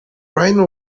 rhino